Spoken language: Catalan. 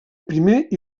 primer